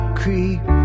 creep